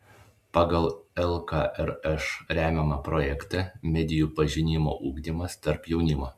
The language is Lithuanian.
pagal lkrš remiamą projektą medijų pažinimo ugdymas tarp jaunimo